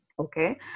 Okay